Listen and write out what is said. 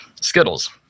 Skittles